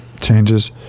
changes